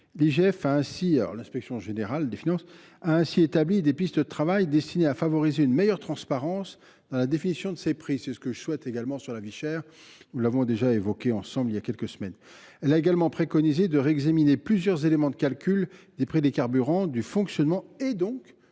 L’IGF a ainsi établi des pistes de travail destinées à favoriser une meilleure transparence dans la définition de ces prix. C’est ce que je souhaite également faire sur la question de la vie chère – nous en avons déjà parlé ensemble il y a quelques semaines. Elle a également préconisé de réexaminer plusieurs éléments de calcul des prix des carburants, du fonctionnement et donc de la